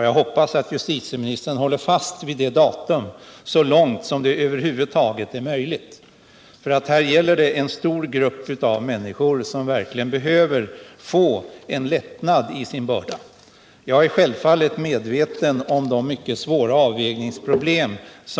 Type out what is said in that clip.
Jag hoppas att justitieministern håller fast vid detta datum så långt som det över huvud taget är möjligt, för här gäller det en stor grupp människor som verkligen behöver få en lättnad av sina bördor. Jag är självfallet medveten om de mycket svåra avvägningsproblemen.